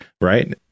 right